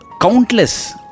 countless